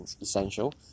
essential